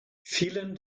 vielen